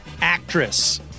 actress